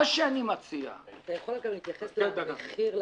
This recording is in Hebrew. מה שאני מציע --- אתה יכול גם להתייחס למחיר לאזרח?